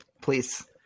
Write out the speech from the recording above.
please